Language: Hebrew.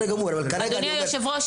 אדוני היושב ראש,